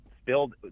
spilled